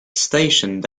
stationed